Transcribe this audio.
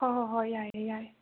ꯍꯣꯏ ꯍꯣꯏ ꯍꯣꯏ ꯌꯥꯏꯑꯦ ꯌꯥꯏꯑꯦ